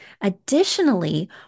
Additionally